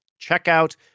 checkout